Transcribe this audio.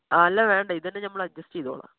അല്ല വേണ്ട ഇത് തന്നെ നമ്മൾ അഡ്ജസ്റ്റ് ചെയ്തോളാം